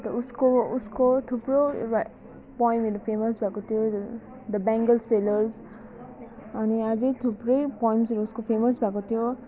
अन्त उसको उसको थुप्रो पोइमहरू फेमस भएको थियो द बेङ्गल सेलर्स अनि अझै थुप्रै पोइम्सहरू उसको फेमस भएको थियो